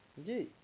is it